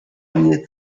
mnie